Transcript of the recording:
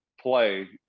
play